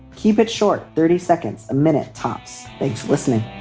keep it short. thirty seconds a minute, tops. thanks. listening